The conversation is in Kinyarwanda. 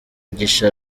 mugisha